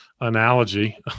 analogy